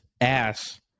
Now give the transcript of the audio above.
ass